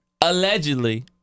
Allegedly